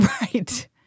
Right